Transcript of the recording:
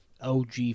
OG